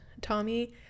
Tommy